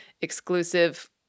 exclusive